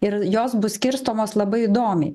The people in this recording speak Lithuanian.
ir jos bus skirstomos labai įdomiai